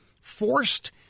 forced